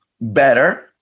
better